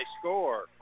score